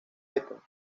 eton